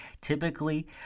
typically